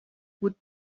gut